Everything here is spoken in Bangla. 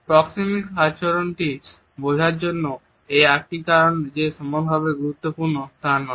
প্রক্সিমিক আচরণটি বোঝার জন্য এই আটটি কারণই যে সমানভাবে গুরুত্বপূর্ণ তা নয়